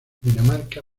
dinamarca